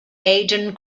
aden